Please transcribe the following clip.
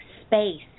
space